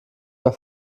mehr